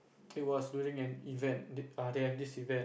it was during an event they have this event